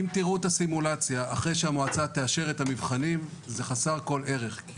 אם תראו את הסימולציה לאחר שהמועצה תאשר את המבחנים זה חסר כל ערך כי